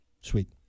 Sweet